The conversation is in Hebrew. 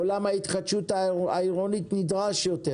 עולם ההתחדשות העירונית נדרש יותר.